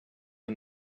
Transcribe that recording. and